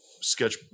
Sketch